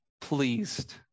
pleased